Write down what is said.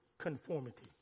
conformity